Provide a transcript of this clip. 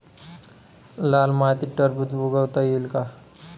लाल मातीत टरबूज उगवता येईल का?